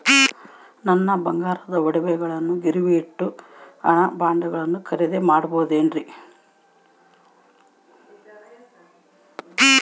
ನನ್ನ ಬಂಗಾರದ ಒಡವೆಗಳನ್ನ ಗಿರಿವಿಗೆ ಇಟ್ಟು ಬಾಂಡುಗಳನ್ನ ಖರೇದಿ ಮಾಡಬಹುದೇನ್ರಿ?